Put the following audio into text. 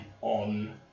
on